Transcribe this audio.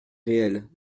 réelle